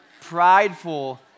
prideful